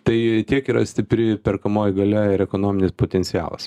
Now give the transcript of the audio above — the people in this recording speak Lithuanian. tai tiek yra stipri perkamoji galia ir ekonominis potencialas